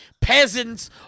peasants